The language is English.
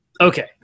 Okay